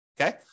Okay